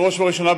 בראש ובראשונה,